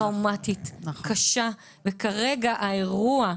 וכרגע האירוע,